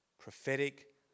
prophetic